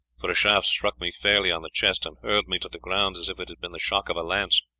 for a shaft struck me fairly on the chest, and hurled me to the ground as if it had been the shock of a lance,